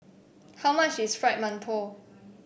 how much is Fried Mantou